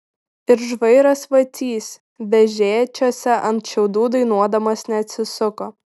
ir žvairas vacys vežėčiose ant šiaudų dainuodamas neatsisuko